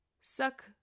Suck